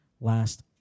last